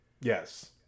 Yes